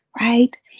right